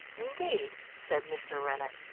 indeed! said mr. rennett.